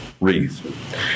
wreath